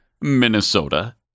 Minnesota